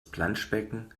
planschbecken